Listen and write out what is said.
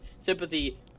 sympathy